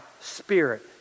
spirit